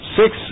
six